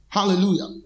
Hallelujah